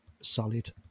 solid